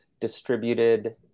distributed